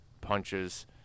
punches